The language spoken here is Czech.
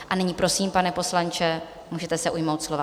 A nyní prosím, pane poslanče, můžete se ujmout slova.